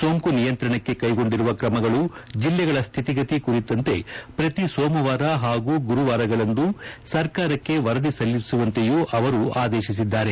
ಸೋಂಕು ನಿಯಂತ್ರಣಕ್ಕೆ ಕೈಗೊಂಡಿರುವ ಕ್ರಮಗಳು ಜಿಲ್ಲೆಗಳ ಸ್ವಿತಿಗತಿ ಕುರಿತಂತೆ ಪ್ರತಿ ಸೋಮವಾರ ಹಾಗೂ ಗುರುವಾರಗಳಂದು ಸರ್ಕಾರಕ್ಕೆ ವರದಿ ಸಲ್ಲಿಸುವಂತೆಯೂ ಅವರು ಆದೇಶಿಸಿದ್ದಾರೆ